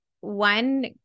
One